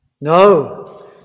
No